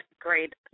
great